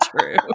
true